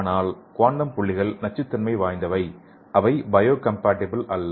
ஆனால் குவாண்டம் புள்ளிகள் நச்சுத்தன்மை வாய்ந்தவை அது பயோகம்பாட்டிபிள் அல்ல